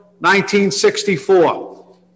1964